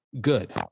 good